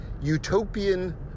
utopian